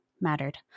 mattered